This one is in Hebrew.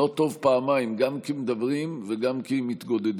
לא טוב פעמיים, גם כי מדברים וגם כי מתגודדים.